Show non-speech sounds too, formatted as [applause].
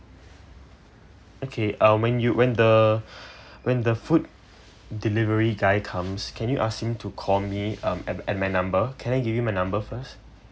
okay um when you when the [breath] when the food delivery guy comes can you ask him to call me um at at my number can I give you my number first